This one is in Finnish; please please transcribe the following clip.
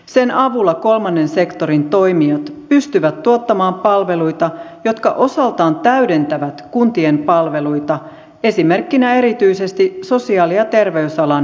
sen avulla kolmannen sektorin toimijat pystyvät tuottamaan palveluita jotka osaltaan täydentävät kuntien palveluita esimerkkinä erityisesti sosiaali ja terveysalan järjestöt